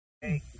Hey